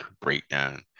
breakdown